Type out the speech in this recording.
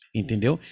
entendeu